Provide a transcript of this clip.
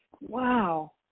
Wow